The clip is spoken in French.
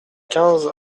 quinze